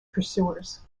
pursuers